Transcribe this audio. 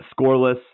scoreless